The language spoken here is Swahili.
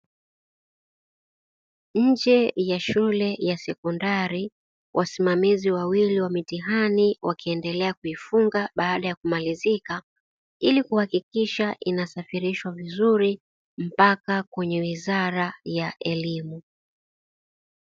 Nje ya shule ya sekondari, wasimamizi wawili wa mitihani wakiendelea kuifunga baada ya kumalizika, ili kuhakikisha inasafirishwa vizuri mpaka kwenye wizara ya elimu.